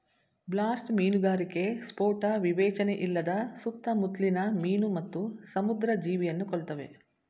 blast ಮೀನುಗಾರಿಕೆ ಸ್ಫೋಟ ವಿವೇಚನೆಯಿಲ್ಲದೆ ಸುತ್ತಮುತ್ಲಿನ ಮೀನು ಮತ್ತು ಸಮುದ್ರ ಜೀವಿಯನ್ನು ಕೊಲ್ತವೆ